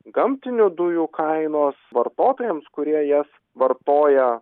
gamtinių dujų kainos vartotojams kurie jas vartoja